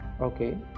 Okay